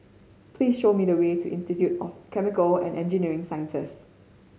please show me the way to Institute of Chemical and Engineering Sciences